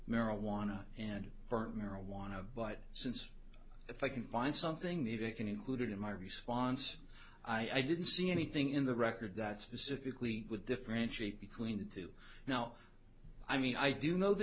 marijuana and current marijuana but since if i can find something that i can include in my response i didn't see anything in the record that specifically would differentiate between the two now i mean i do know the